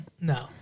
No